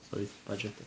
with budget